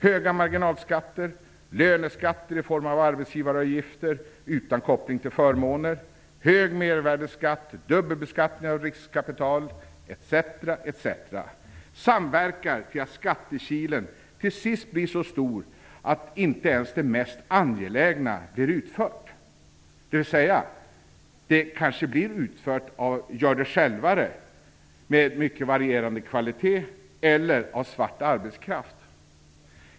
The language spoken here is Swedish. Höga marginalskatter, löneskatter i form av arbetsgivaravgifter utan koppling till förmåner, hög mervärdesskatt, dubbelbeskattning av riskkapital etc. samverkar till att skattekilen till sist blir så stor att inte ens det mest angelägna blir utfört. Dvs. det kanske blir utfört av gör-det-självare, med mycket varierande kvalitet, eller av svart arbetskraft.